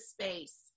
space